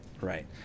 Right